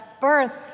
birth